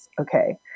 okay